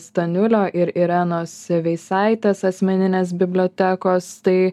staniulio ir irenos veisaitės asmeninės bibliotekos tai